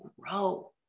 grow